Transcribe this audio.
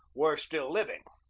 were still living.